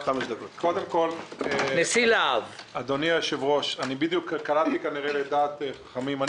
אדוני היושב-ראש, כנראה קלעתי לדעת חכמים.